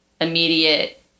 immediate